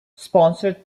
sponsored